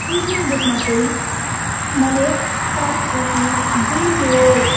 children बुकमा चाहिँ मैले पढेको थिएँ कि जे त्यो